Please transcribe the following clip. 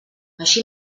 així